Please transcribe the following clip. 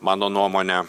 mano nuomone